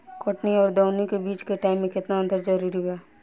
कटनी आउर दऊनी के बीच के टाइम मे केतना अंतर जरूरी बा?